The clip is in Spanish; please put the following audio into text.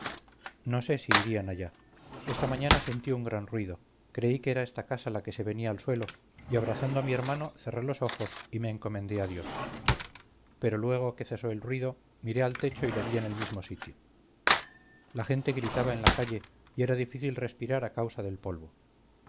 no sé si irían allá esta mañana sentí un gran ruido creí que era esta casa la que se venía al suelo y abrazando a mi hermano cerré los ojos y me encomendé a dios pero luego que cesó el ruido miré al techo y lo vi en el mismo sitio la gente gritaba en la calle y era difícil respirar a causa del polvo